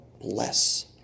Bless